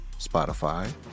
Spotify